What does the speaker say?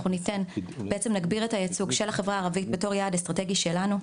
אנחנו נגביר את הייצוג של החברה הערבית בתור יעד אסטרטגי שלנו.